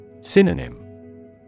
Synonym